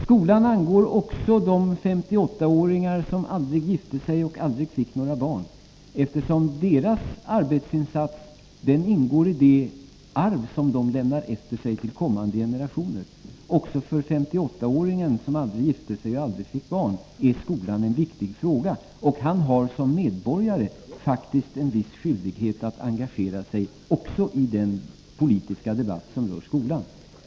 Skolan angår också de 58-åringar som aldrig gifte sig och aldrig fick några barn. Deras arbetsinsats ingår i det arv som de lämnar efter sig till kommande generationer. Också för 58-åringen som aldrig gifte sig och aldrig fick barn är skolan en viktig fråga. Han har faktiskt som medborgare en viss skyldighet att engagera sig också i den politiska debatt som rör skolan.